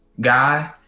guy